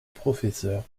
professeur